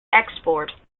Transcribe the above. expert